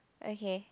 okay